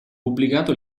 pubblicato